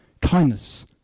kindness